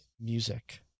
music